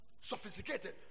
Sophisticated